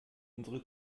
unsere